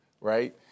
right